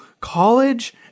college